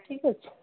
ଠିକ୍ ଅଛି